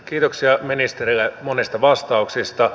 kiitoksia ministerille monista vastauksista